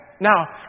Now